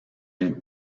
une